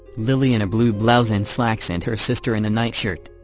lillie in a blue blouse and slacks and her sister in a nightshirt.